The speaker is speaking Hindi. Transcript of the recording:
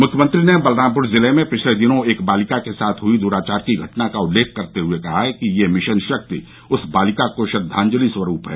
मुख्यमंत्री ने बलरामपुर जिले में पिछले दिनों एक बालिका के साथ हई द्राचार की घटना का उल्लेख करते हुए कहा कि यह मिशन शक्ति उस बालिका को श्रद्वांजलि स्वरूप है